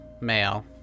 male